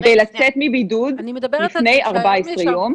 כדי לצאת מבידוד לפני 14 יום,